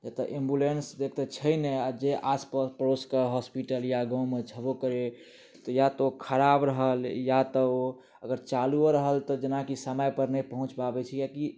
एतऽ एम्बुलेंस एक तऽ छै नहि आ जे आस पड़ोस के हॉस्पिटल या गाँव मे छबो करै तऽ या तऽ ओ खराब रहल या तऽ ओ अगर चालुओ रहल तऽ जेनाकि समय पर नहि पहुँच पाबै छै किएकि